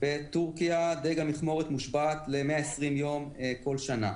בטורקיה דיג המכמורת מושבת ל-120 יום כל שנה.